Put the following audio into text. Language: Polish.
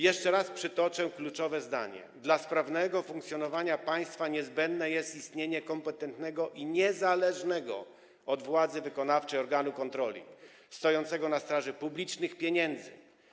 Jeszcze raz przytoczę kluczowe zdanie: dla sprawnego funkcjonowania państwa niezbędne jest istnienie kompetentnego i niezależnego od władzy wykonawczej organu kontroli, stojącego na straży publicznych pieniędzy.